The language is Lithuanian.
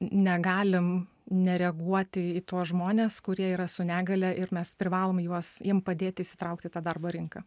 negalim nereaguoti į tuos žmones kurie yra su negalia ir mes privalom juos jiem padėti įsitraukti į tą darbo rinką